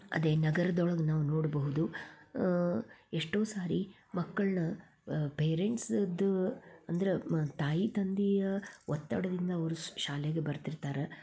ಅದೇ ನಗರದೊಳಗೆ ನಾವು ನೋಡಬಹುದು ಎಷ್ಟೋ ಸಾರಿ ಮಕ್ಕುಳನ್ನ ಪೇರೆಂಟ್ಸಿದ ಅಂದ್ರೆ ತಾಯಿ ತಂದೆಯ ಒತ್ತಡದಿಂದ ಅವರು ಶ್ ಶಾಲೆಗೆ ಬರ್ತಿರ್ತಾರೆ